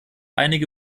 einige